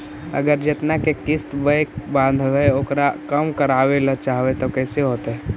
अगर जेतना के किस्त बैक बाँधबे ओकर कम करावे ल चाहबै तब कैसे होतै?